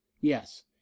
Yes